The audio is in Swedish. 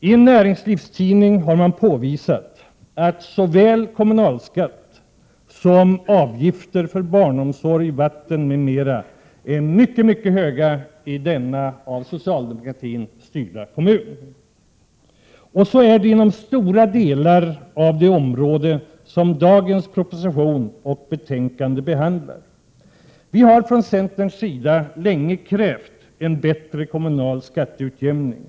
I en näringslivstidning har påvisats att såväl kommunal skatt som avgifter för barnomsorg, vatten m.m. är mycket mycket höga i denna av socialdemokrater styrda kommun — skatter och avgifter är höga i stora delar av det område som denna proposition behandlar. Viicentern har länge krävt en bättre kommunal skatteutjämning.